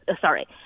sorry